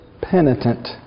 penitent